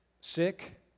sick